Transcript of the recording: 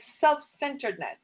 self-centeredness